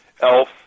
Elf